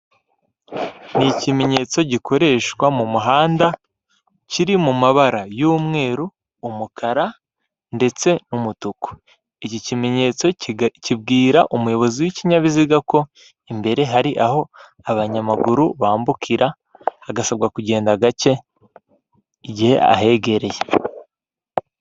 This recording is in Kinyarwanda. Ni ikimenyetso gikoreshwa mu muhanda kiri mu mabara y'umweru, umukara ndetse n'umutuku. Iki kimenyetso kibwira umuyobozi w'ikinyabiziga ko imbere hari aho abanyamaguru bambukira, hagasabwa kugenda gake igihe ahegereye.